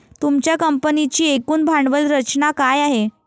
तुमच्या कंपनीची एकूण भांडवल रचना काय आहे?